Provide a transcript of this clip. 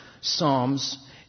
psalms